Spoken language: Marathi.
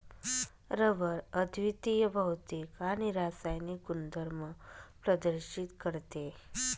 रबर अद्वितीय भौतिक आणि रासायनिक गुणधर्म प्रदर्शित करते